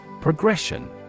Progression